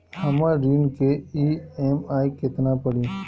हमर ऋण के ई.एम.आई केतना पड़ी?